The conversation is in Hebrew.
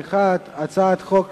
הצעת חוק